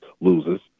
loses